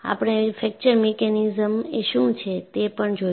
આપણે fracture mechanism એ શું છે તે પણ જોઈશું